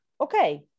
Okay